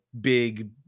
big